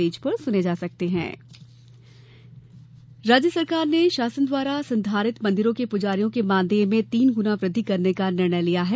प्जारी मानदेय प्रदेश सरकार ने शासन द्वारा संधारित मंदिरों के पुजारियों के मानदेय में तीन गुना वृद्धि करने का निर्णय लिया है